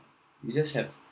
you just have